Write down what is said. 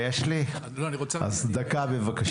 יש גם הרבה מאוד מתקני סל שהם לא בטיחותיים.